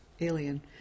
alien